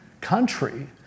country